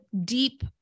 deep